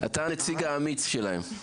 אז אתה הנציג האמיץ שלהם.